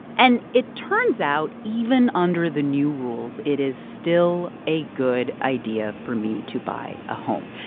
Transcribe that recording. and it turns out, even under the new rules, it is still a good idea for me to buy a home,